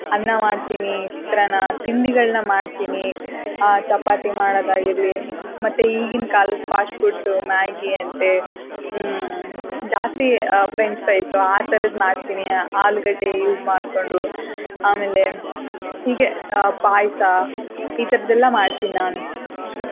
ಅನ್ನ ಮಾಡ್ತೀನಿ ಚಿತ್ರಾನ್ನ ತಿಂಡಿಗಳನ್ನು ಮಾಡ್ತೀನಿ ಚಪಾತಿ ಮಾಡೋದು ಆಗಿರಲಿ ಮತ್ತು ಈಗಿನ ಕಾಲದ ಫಾಸ್ಟ್ ಫುಡ್ಸು ಮ್ಯಾಗಿ ಅಂತೆ ಜಾಸ್ತಿ ಫ್ರೆಂಚ್ ಫ್ರೈಸು ಆ ಥರದ್ ಮಾಡ್ತೀನಿ ಆಲೂಗಡ್ಡೆ ಯೂಸ್ ಮಾಡಿಕೊಂಡು ಆಮೇಲೆ ಹೀಗೆ ಪಾಯಸ ಈ ಥರದ್ದೆಲ್ಲ ಮಾಡ್ತೀನಿ ನಾನು ಅಷ್ಟೇ